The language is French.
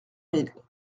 mille